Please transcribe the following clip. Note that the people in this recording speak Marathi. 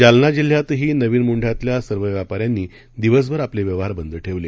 जालना जिल्ह्यातही नवीन मोंढ्यातल्या सर्व व्यापान्यांनी दिवसभर आपले व्यवहार बंद ठेवले